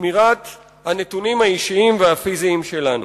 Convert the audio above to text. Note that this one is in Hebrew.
לשמירת הנתונים האישיים והפיזיים שלנו.